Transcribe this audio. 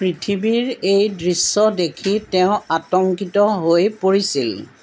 পৃথিৱীৰ এই দৃশ্য দেখি তেওঁ আতংকিত হৈ পৰিছিল